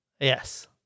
Yes